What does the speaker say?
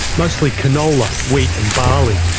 mostly canola, wheat and barley.